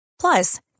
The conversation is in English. Plus